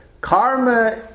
karma